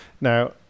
Now